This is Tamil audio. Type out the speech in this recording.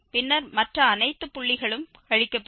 பின்னர் மற்ற அனைத்து புள்ளிகளும் கழிக்கப்படும்